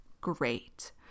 great